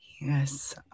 Yes